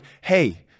hey